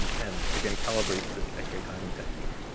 and, again, calibrate this x-ray timing technique.